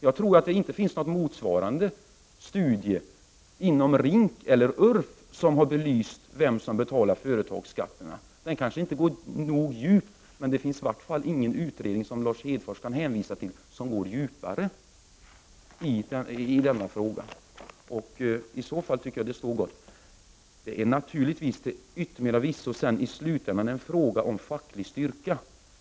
Jag tror inte att det finns någon motsvarande studie inom RINK eller URF som har belyst vem som har betalat företagsskatterna. Den kanske inte går nog djupt, men det finns ingen utredning som Lars Hedfors kan hänvisa till som går djupare i denna fråga. Därför tycker jag att den står sig gott. Det är till yttermera visso i slutänden en fråga om facklig styrka.